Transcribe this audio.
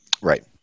Right